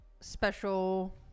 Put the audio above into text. special